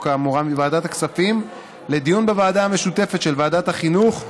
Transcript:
האמורה מוועדת הכספים לדיון בוועדה משותפת של ועדת החינוך,